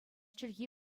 чӗлхи